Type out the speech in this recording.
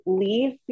leave